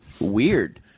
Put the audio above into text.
weird